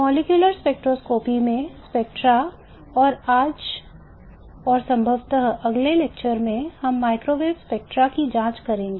molecular spectroscopy में spectra और आज और संभवत अगले लेक्चर में हम माइक्रोवेव स्पेक्ट्रा की जांच करेंगे